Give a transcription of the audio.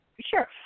sure